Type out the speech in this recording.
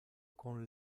con